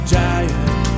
giant